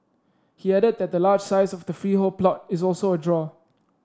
he added that the large size of the freehold plot is also a draw